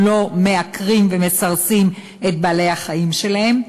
לא מעקרים ומסרסים את בעלי-החיים שלהם,